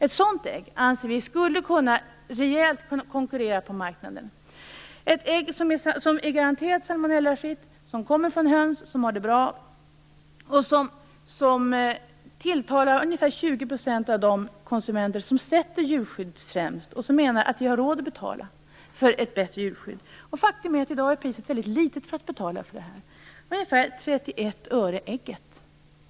Vi anser att man skulle kunna konkurrera rejält på marknaden med ett ägg som är garanterat salmonellafritt, som kommer från höns som har det bra och som tilltalar ungefär 20 % av de konsumenter som sätter djurskyddet främst och som menar att man har råd att betala för ett bättre djurskydd. Faktum är att priset för detta i dag är mycket lågt, ungefär 31 öre per ägg.